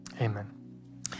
amen